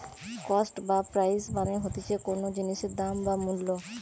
cost বা price মানে হতিছে কোনো জিনিসের দাম বা মূল্য